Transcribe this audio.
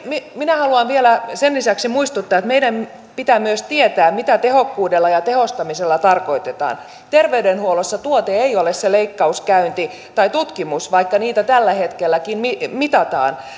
minä haluan vielä sen lisäksi muistuttaa että meidän pitää myös tietää mitä tehokkuudella ja tehostamisella tarkoitetaan terveydenhuollossa tuote ei ole se leikkauskäynti tai tutkimus vaikka niitä tällä hetkelläkin mitataan